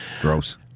Gross